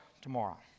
tomorrow